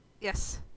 Yes